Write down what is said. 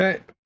Okay